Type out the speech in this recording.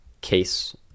case